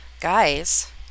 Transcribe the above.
guys